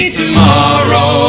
tomorrow